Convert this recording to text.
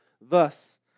thus